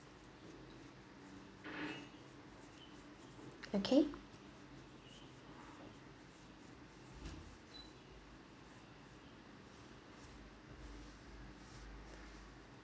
okay